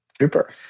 Super